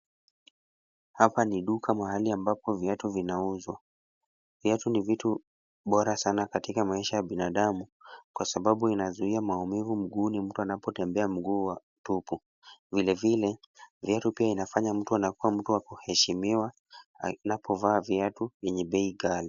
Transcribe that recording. Hapa ni duka ambapo viatu vinauzwa. Viatu ni vitu bora katika maisha ya binadamu kwa sababu inazuia maumivu mguuni mtu anapotembea mguu tupu. Vilevile pia inafanya mtu anakuwa mtu wa kuheshimiwa anapovaa viatu venye bei ghali.